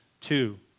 two